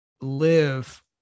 live